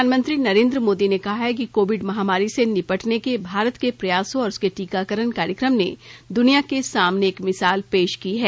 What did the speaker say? प्रधानमंत्री नरेन्द्र मोदी ने कहा है कि कोविड महामारी से निपटने के भारत के प्रयासों और उसके टीकाकरण कार्यक्रम ने दुनिया के सामने एक मिसाल पेश की है